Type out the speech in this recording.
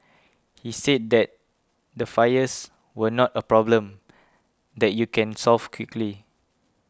he said that the fires were not a problem that you can solve quickly